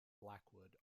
blackwood